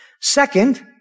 Second